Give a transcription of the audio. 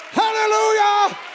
hallelujah